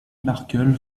markel